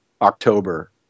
October